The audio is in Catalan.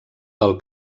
del